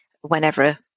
whenever